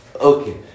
Okay